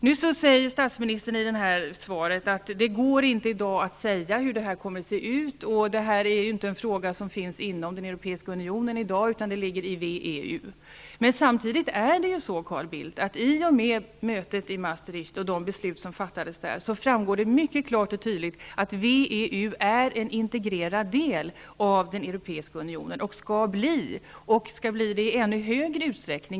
Nu säger statsministern i svaret att det inte går att i dag säga hur det kommer att se ut och att det inte är en fråga som finns inom den europeiska unionen, utan den ligger i VEU. Samtidigt är det så, Carl Bildt, att i och med mötet i Maastricht och de beslut som fattades där framgår mycket klart och tydligt att VEU är en integrerad del av den europeiska unionen och skall bli det i ännu större utsträckning.